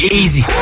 easy